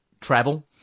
Travel